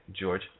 George